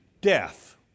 death